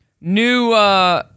new